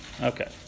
Okay